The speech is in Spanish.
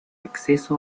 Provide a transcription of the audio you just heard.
acceso